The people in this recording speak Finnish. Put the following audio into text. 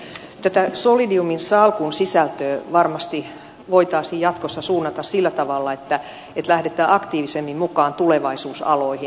tätä solidiumin salkun sisältöä varmasti voitaisiin jatkossa suunnata sillä tavalla että lähdetään aktiivisemmin mukaan tulevaisuusaloihin